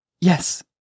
Yes